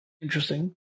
interesting